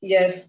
Yes